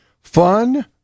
Fun